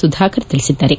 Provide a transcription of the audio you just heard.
ಸುಧಾಕರ್ ತಿಳಿಸಿದ್ದಾರೆ